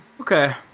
okay